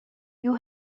you